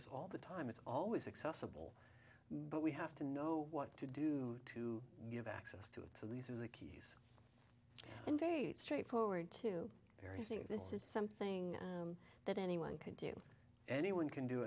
us all the time it's always accessible but we have to know what to do to give access to it so these are the keys and a straight forward to very sick this is something that anyone can do anyone can do